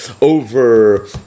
over